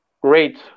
great